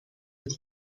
het